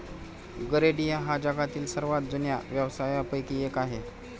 गरेडिया हा जगातील सर्वात जुन्या व्यवसायांपैकी एक आहे